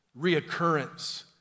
reoccurrence